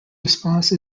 response